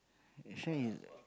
friend is a